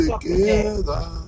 together